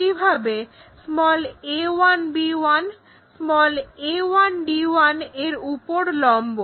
একইভাবে a1b1 a1d1 এর উপর লম্ব